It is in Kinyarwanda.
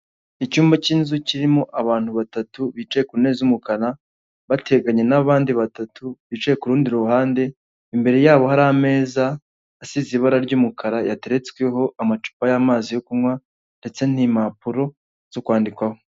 Icyumba cy'inzu kirimo abantu batatu bicaye ku ntebe z'umukara, bateganye n'abandi batatu bicaye ku rundi ruhande, imbere yabo hari ameza asize ibara ry'umukara yateretsweho amacupa y'amazi yo kunywa ndetse n'impapuro zo kwandikwaho.